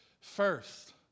first